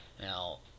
Now